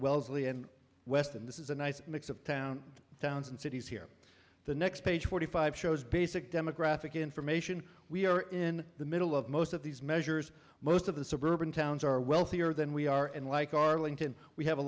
wellesley and weston this is a nice mix of town towns and cities here the next page forty five shows basic demographic information we are in the middle of most of these measures most of the suburban towns are wealthier than we are and like arlington we have a